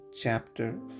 chapter